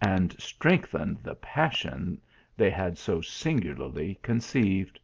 and strengthened the passion they had so singularly conceived